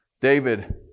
David